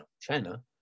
China